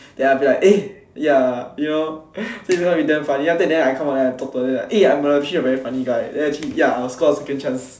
that I'll be like eh ya you know so it's going to be damn funny then after that then I come out then I talk to her eh I'm actually a very funny guy then actually ya I will score a second chance